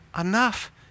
enough